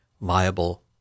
viable